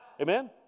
Amen